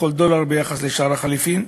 לכל דולר ביחס לשער החליפין,